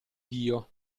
dio